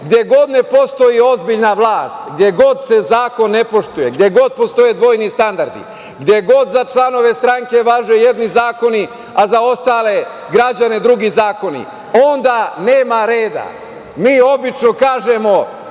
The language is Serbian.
gde god ne postoji ozbiljna vlast, gde god se zakon ne poštuje, gde god postoje dvojni standardi, gde god za članove stranke važe jedni zakoni, a za ostale građane drugi zakoni, onda nema reda. Mi obično kažemo